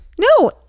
No